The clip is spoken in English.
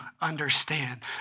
understand